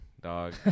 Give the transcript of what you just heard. dog